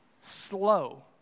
slow